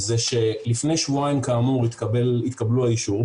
לפני שבועיים כאמור התקבל האישור,